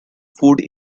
food